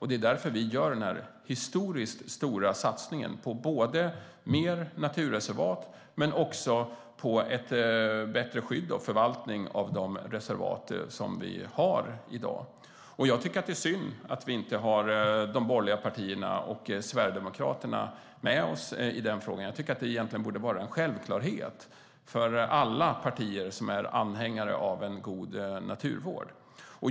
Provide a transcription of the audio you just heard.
Det är därför vi gör denna historiskt stora satsning på både fler naturreservat och bättre skydd och förvaltning av de reservat som vi har i dag. Jag tycker att det är synd att vi inte har de borgerliga partierna och Sverigedemokraterna med oss i den frågan. Det borde egentligen vara en självklarhet för alla partier som är anhängare av en god naturvård.